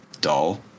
dull